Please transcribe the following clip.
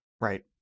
right